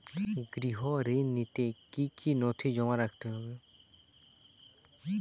গৃহ ঋণ নিতে কি কি নথি জমা রাখতে হবে?